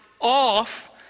off